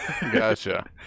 Gotcha